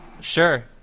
Sure